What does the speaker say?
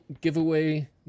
giveaway